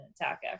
attack